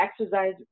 exercise